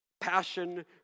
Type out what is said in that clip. Passion